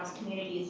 communities